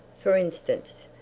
for instance,